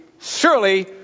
surely